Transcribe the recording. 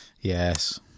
Yes